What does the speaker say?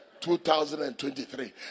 2023